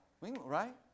Right